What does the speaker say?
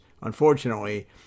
unfortunately